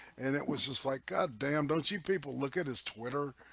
and it was just like god damn don't you people look at his twitter?